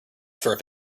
store